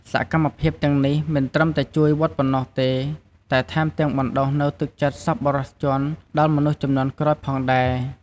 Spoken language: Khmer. សកម្មភាពទាំងនេះមិនត្រឹមតែជួយវត្តប៉ុណ្ណោះទេ តែថែមទាំងបណ្ដុះនូវទឹកចិត្តសប្បុរសដល់មនុស្សជំនាន់ក្រោយផងដែរ។